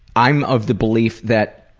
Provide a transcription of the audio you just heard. i'm of the belief that